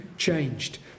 changed